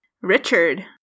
Richard